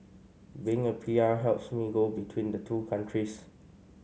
being a P R helps me go between the two countries